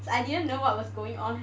I didn't know what was going on